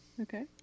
Okay